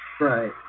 right